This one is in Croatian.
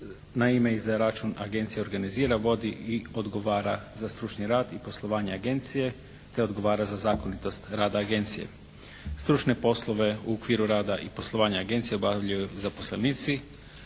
na ime i za račun agencije organizira, vodi i odgovara za stručni rad i poslovanje agencije te odgovara za zakonitost rada agencije. Stručne poslove u okviru rada i poslovanja agencije obavljaju zaposlenici